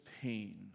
pain